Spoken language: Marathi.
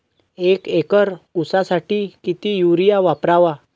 एक एकर ऊसासाठी किती युरिया वापरावा?